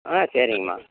ஆ சரிங்கம்மா